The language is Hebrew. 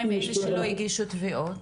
ומה עם העובדים שלא הגישו תביעות?